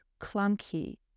clunky